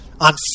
on